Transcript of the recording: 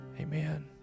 Amen